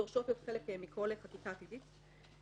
דורשות להיות חלק מכל חקיקה עתידית.